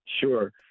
Sure